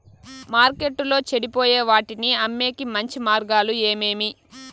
మార్కెట్టులో చెడిపోయే వాటిని అమ్మేకి మంచి మార్గాలు ఏమేమి